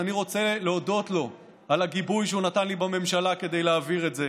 אז אני רוצה להודות לו על הגיבוי שהוא נתן לי בממשלה כדי להעביר את זה,